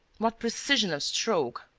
what precision of stroke!